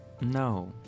No